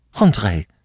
Andre